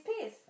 peace